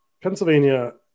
Pennsylvania